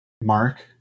mark